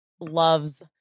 loves